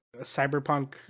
Cyberpunk